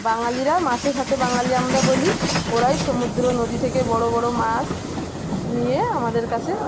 বাঙালিরা মাছে ভাতে বাঙালি আমরা বলি ওরাই সমুদ্র নদী থেকে বড়ো বড়ো মাছ নিয়ে আমাদের কাছে